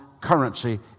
currency